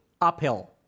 uphill